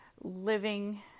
living